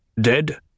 Dead